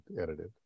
edited